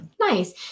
nice